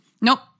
nope